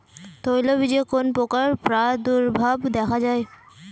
তৈলবীজে কোন পোকার প্রাদুর্ভাব দেখা যায়?